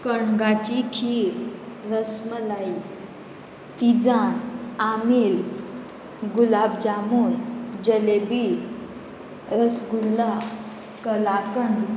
कणगाची खीर रसमलाई तिजान आमील गुलाब जामून जलेबी रसगुल्ला कलाकंद